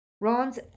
Ron's